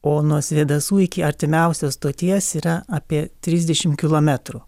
o nuo svėdasų iki artimiausios stoties yra apie trisdešim kilometrų